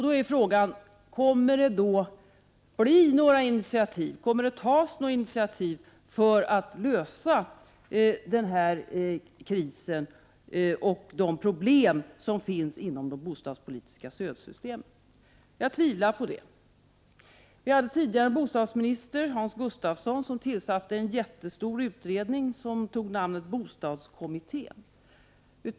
Då är frågan: Kommer några initiativ att tas för att vi skall kunna komma till rätta med krisen och de problem som inryms i de bostadspolitiska stödsystemen? Jag tvivlar på att det kommer att ske. Den tidigare bostadsministern Hans Gustafsson lät tillsätta en mycket stor utredning — bostadskommittén.